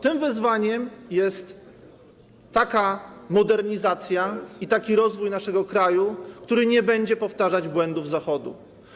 Tym wyzwaniem jest taka modernizacja i taki rozwój naszego kraju, który nie będzie powtarzać błędów Zachodu.